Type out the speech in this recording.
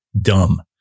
dumb